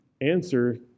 answer